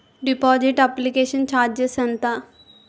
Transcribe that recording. Deposit application charges ఎంత?